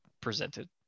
presented